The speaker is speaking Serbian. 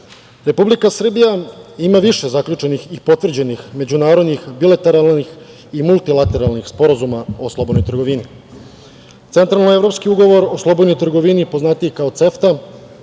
Srbija ima više zaključenih i potvrđenih međunarodnih bilateralnih i multilateralnih sporazuma o slobodnoj trgovini. Centralno-evropski ugovor o slobodnoj trgovini poznatiji kao CEFTA